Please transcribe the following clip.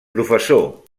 professor